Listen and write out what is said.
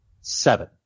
Seven